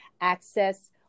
access